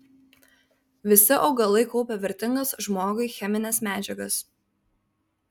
visi augalai kaupia vertingas žmogui chemines medžiagas